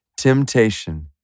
temptation